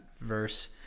verse